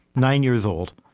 nine years old,